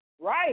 right